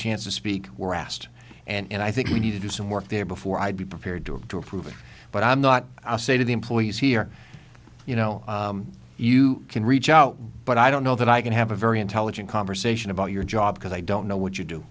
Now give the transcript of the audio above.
chance to speak were asked and i think we need to do some work there before i'd be prepared to do approve it but i'm not i'll say to the employees here you know you can reach out but i don't know that i can have a very intelligent conversation about your job because i don't know what you do